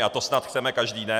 A to snad chceme každý, ne?